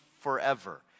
forever